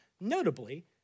Notably